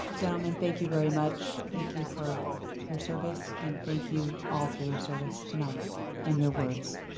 gentlemen, thank you very much. thank you for your service. and thank you all for your service tonight and your words.